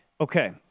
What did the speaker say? Okay